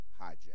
hijack